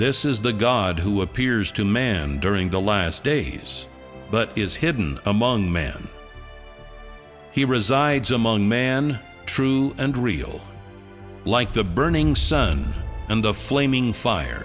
this is the god who appears to man during the last days but is hidden among man he resides among man true and real like the burning sun and a flaming fire